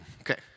Okay